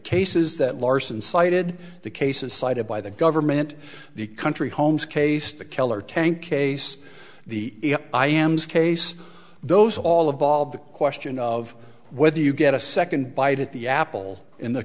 cases that larsen cited the cases cited by the government the country homes case the killer tank case the iambs case those all of all of the question of whether you get a second bite at the apple in the